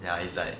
ya it's like